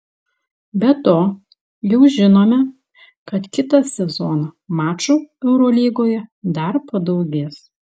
be to jau žinome kad kitą sezoną mačų eurolygoje dar padaugės